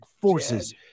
forces